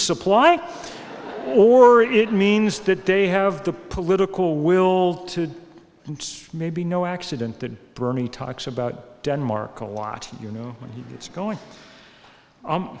supply or it means that they have the political will to and be no accident that bernie talks about denmark a lot you know what it's going